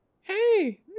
hey